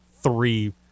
three